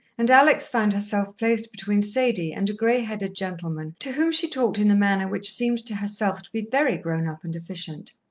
and alex found herself placed between sadie and a grey-headed gentleman, to whom she talked in a manner which seemed to herself to be very grown-up and efficient.